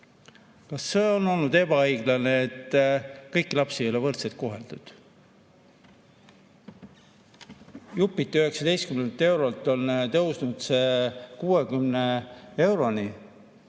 see on olnud ebaõiglane, et kõiki lapsi ei ole võrdselt koheldud? Jupiti on 19 eurolt tõusnud 60 euroni